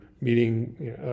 meeting